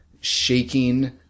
shaking